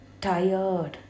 tired